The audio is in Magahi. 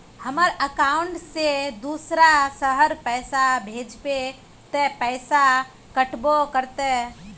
हमर अकाउंट से दूसरा शहर पैसा भेजबे ते पैसा कटबो करते?